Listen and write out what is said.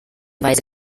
weise